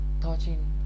touching